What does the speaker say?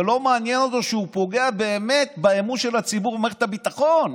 לא מעניין אותו שהוא פוגע באמת באמון של הציבור במערכת הביטחון,